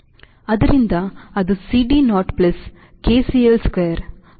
ಆದ್ದರಿಂದ ಅದು C D naught plus K C L square